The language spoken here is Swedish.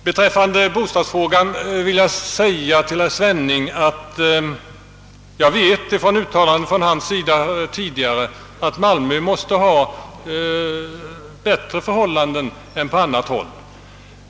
Beträffande bostadsfrågan vill jag säga till herr Svenning att jag av uttalanden som herr Svenning gjort tidigare vet att förhållandena måste vara bättre i Malmö än på andra håll.